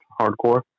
Hardcore